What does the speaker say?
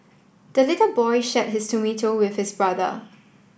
the little boy shared his tomato with his brother